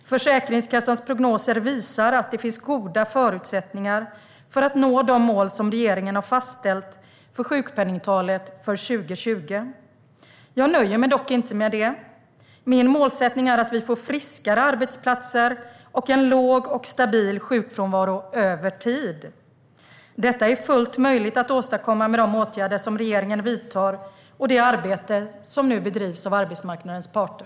Försäkringskassans prognoser visar att det finns goda förutsättningar för att nå de mål som regeringen har fastställt för sjukpenningtalet för 2020. Jag nöjer mig dock inte med det. Min målsättning är att vi får friskare arbetsplatser och en låg och stabil sjukfrånvaro över tid. Detta är fullt möjligt att åstadkomma med de åtgärder som regeringen vidtar och det arbete som nu bedrivs av arbetsmarknadens parter.